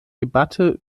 debatte